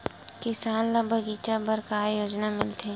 किसान ल बगीचा बर का योजना मिलथे?